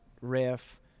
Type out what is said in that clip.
riff